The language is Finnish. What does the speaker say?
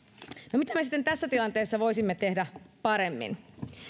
no mitä me sitten tässä tilanteessa voisimme tehdä paremmin